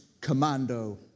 commando